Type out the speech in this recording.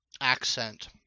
accent